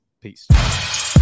Peace